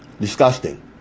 Disgusting